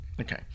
Okay